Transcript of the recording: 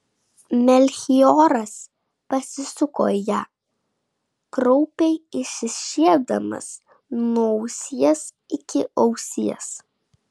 melchioras pasisuko į ją kraupiai išsišiepdamas nuo ausies iki ausies